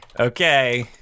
Okay